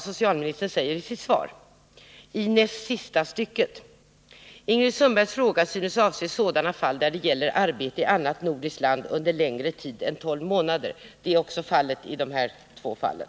Socialministern säger i näst sista stycket i sitt svar: ”Ingrid Sundbergs fråga synes avse sådana fall där det gäller arbete i annat nordiskt land under längre tid än tolv månader.” — Det är förhållandet i de här två fallen.